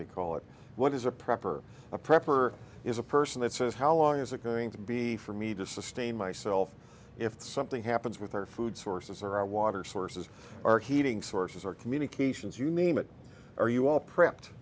they call it what is a prep or a prep or is a person that says how long is it going to be for me to sustain myself if something happens with our food sources or our water sources our heating sources our communications you name it are you all prepped